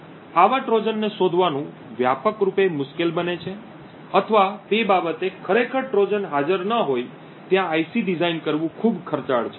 આવા ટ્રોજનને શોધવાનું વ્યાપકરૂપે મુશ્કેલ બને છે અથવા તે બાબતે ખરેખર ટ્રોજન હાજર ન હોય ત્યાં IC ડિઝાઇન કરવું ખૂબ ખર્ચાળ છે